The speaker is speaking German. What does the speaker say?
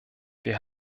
wir